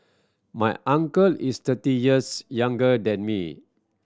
my uncle is thirty years younger than me